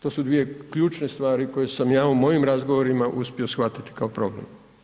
To su dvije ključne stvari, koje sam ja u mojom razgovorima uspio shvatiti kao problem.